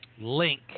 link